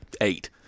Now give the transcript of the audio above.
eight